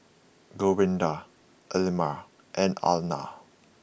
Gwenda Elmira and Alanna